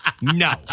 no